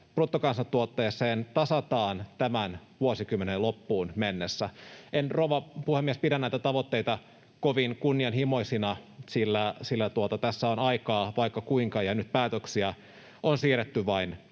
bruttokansantuotteeseen tasataan tämän vuosikymmenen loppuun mennessä. En, rouva puhemies, pidä näitä tavoitteita kovin kunnianhimoisina, sillä tässä on aikaa vaikka kuinka ja nyt päätöksiä on siirretty vain